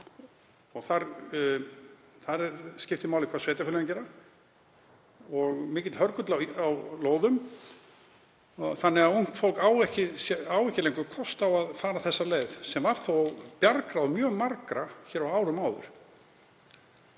og þar skiptir máli hvað sveitarfélögin gera, og mikill hörgull á lóðum þannig að ungt fólk á ekki lengur kost á að fara þá leið sem var þó bjargráð mjög margra á árum áður.